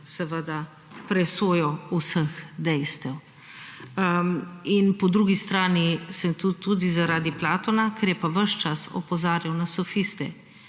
seveda presojo vseh dejstev. In po drugi strani sem tu tudi zaradi Platona, ker je pa ves čas opozarjal na sofiste,